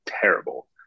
terrible